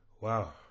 Wow